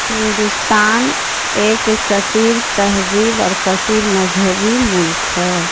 ہندوستان ایک کثیر تہذیب اور کثیر مذہبی ملک ہے